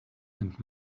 and